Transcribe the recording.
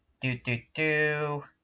Do-do-do